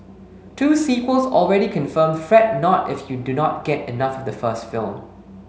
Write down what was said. two sequels already confirmed Fret not if you do not get enough the first film